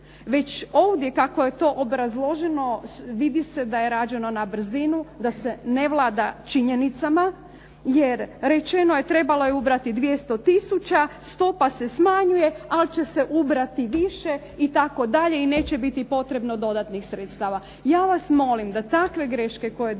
Već ovdje kako je to obrazloženo, vidi se da je rađeno na brzinu, da se ne vlada činjenicama, jer rečeno je trebalo je ubrati 200 tisuća, stopa se smanjuje, ali će se ubrati više itd. i neće biti potrebno dodatnih sredstava. Ja vas molim da takve greške koje dolaze